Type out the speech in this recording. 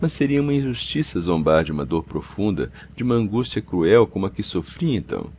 mas seria uma injustiça zombar de uma dor profunda de uma angústia cruel como a que sofri então